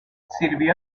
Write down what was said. sirvió